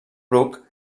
bruc